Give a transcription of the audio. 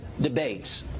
debates